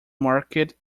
market